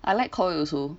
I like Koi also